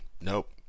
Nope